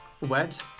wet